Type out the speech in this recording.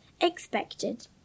expected